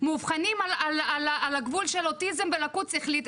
מאובחנים על הגבול של אוטיזם ולקות שכלית,